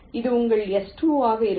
இது உங்கள் S2 ஆக இருக்கும்